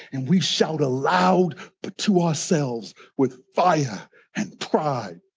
and we shout a loud but to ourselves with fire and pride.